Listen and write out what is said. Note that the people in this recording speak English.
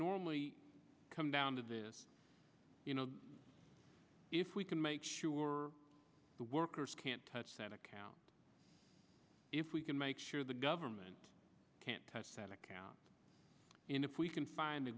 normally come down to this you know if we can make sure the workers can't touch that account if we can make sure the government can't touch that account in the police can find a